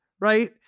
right